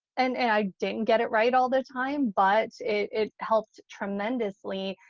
and i didn't get it right all the time, but it helped tremendously.